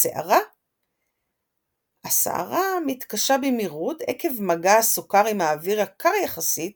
השערה מתקשה במהירות עקב מגע הסוכר עם האוויר הקר יחסית